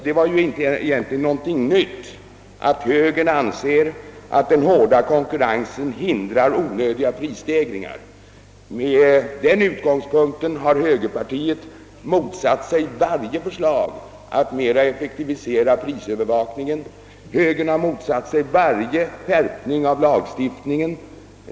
Det är egentligen inte någonting nytt att högern anser att den hårda konkurrensen hindrar onödiga prisstegringar. Med denna utgångspunkt har högerpartiet motsatt sig varje förslag att göra prisövervakningen mera effektiv, och högern har också vänt sig mot varje skärpning av lagstiftningen.